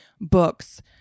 books